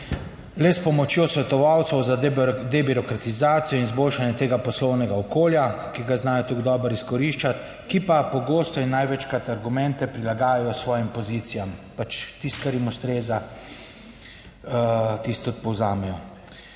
le s pomočjo svetovalcev za debirokratizacijo in izboljšanje tega poslovnega okolja, ki ga znajo tako dobro izkoriščati, ki pa pogosto in največkrat argumente prilagajajo svojim pozicijam, pač tisto, kar jim ustreza, tisto tudi povzamejo.